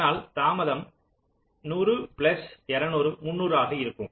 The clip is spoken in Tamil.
அதனால் தாமதம் 100 பிளஸ் 200 300 ஆக இருக்கும்